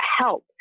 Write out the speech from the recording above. help